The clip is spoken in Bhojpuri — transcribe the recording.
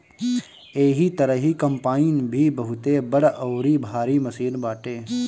एही तरही कम्पाईन भी बहुते बड़ अउरी भारी मशीन बाटे